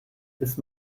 ist